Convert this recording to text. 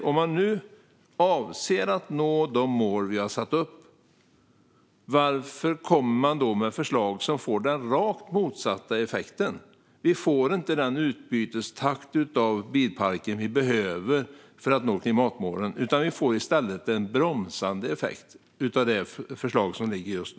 Om man nu avser att nå de mål vi har satt upp, varför kommer man då med förslag som får den rakt motsatta effekten? Vi får inte den utbytestakt för bilparken som vi behöver för att nå klimatmålen. Vi får i stället en bromsande effekt av det förslag som ligger just nu.